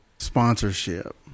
Sponsorship